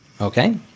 Okay